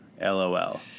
LOL